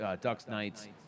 Ducks-Knights